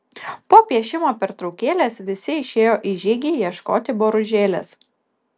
po piešimo pertraukėlės visi išėjo į žygį ieškoti boružėlės